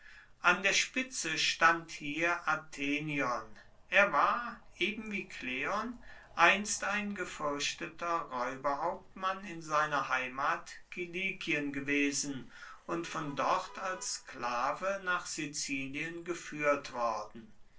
an der spitze stand hier athenion er war eben wie kleon einst ein gefürchteter räuberhauptmann in seiner heimat kilikien gewesen und von dort als sklave nach sizilien geführt worden